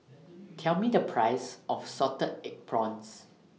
Tell Me The Price of Salted Egg Prawns